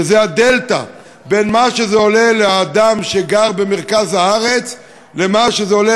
שזה הדלתא בין מה שזה עולה לאדם שגר במרכז הארץ למה שזה עולה